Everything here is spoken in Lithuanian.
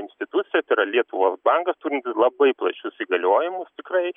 institucija tai yra lietuvos bankas turinti labai plačius įgaliojimus tikrai